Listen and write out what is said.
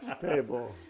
table